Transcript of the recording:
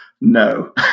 No